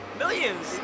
Millions